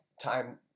time